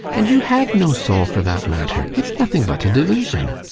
and you have no soul for that matter it's nothing but a delusion.